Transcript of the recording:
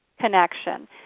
connection